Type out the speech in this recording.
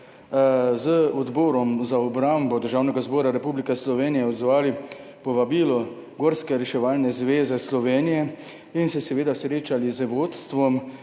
z Odborom za obrambo Državnega zbora Republike Slovenije odzvali povabilu Gorske reševalne zveze Slovenije in se srečali z vodstvom.